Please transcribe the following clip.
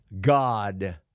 God